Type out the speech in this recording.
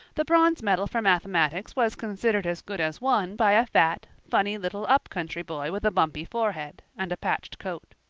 the bronze medal for mathematics was considered as good as won by a fat, funny little up-country boy with a bumpy forehead and a patched coat.